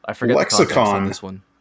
lexicon